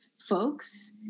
folks